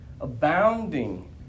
Abounding